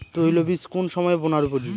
তৈলবীজ কোন সময়ে বোনার উপযোগী?